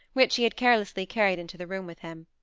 which he had carelessly carried into the room with him.